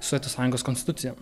sovietų sąjungos konstitucija